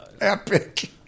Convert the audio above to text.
epic